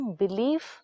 belief